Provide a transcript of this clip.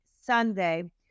Sunday